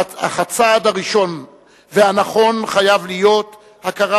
אך הצעד הראשון והנכון חייב להיות הכרה